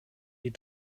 die